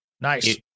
Nice